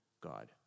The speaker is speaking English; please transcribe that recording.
God